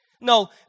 No